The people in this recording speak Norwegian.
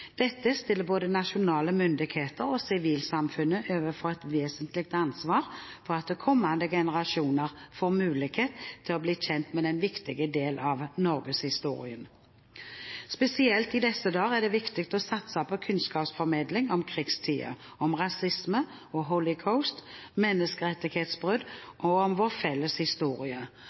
Dette stiller både nasjonale myndigheter og sivilsamfunnet overfor et vesentlig ansvar for at kommende generasjoner får mulighet til å bli kjent med denne viktige delen av Norges historie. Spesielt i disse dager er det viktig å satse på kunnskapsformidling om krigstiden, om rasisme og